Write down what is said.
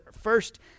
first